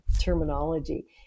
terminology